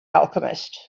alchemist